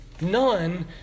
None